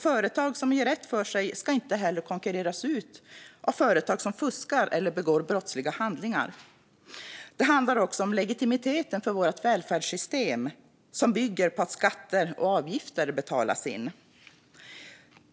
Företag som gör rätt för sig ska inte heller konkurreras ut av företag som fuskar eller som begår brottsliga handlingar. Det handlar också om legitimiteten för vårt välfärdssystem som bygger på att skatter och avgifter betalas in.